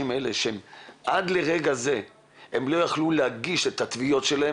לפחות עד לפני כמה ימים והן מתחלקות בין פניות עקרוניות לפניות אישיות,